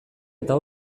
eta